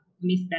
Miss